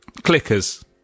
Clickers